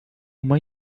uma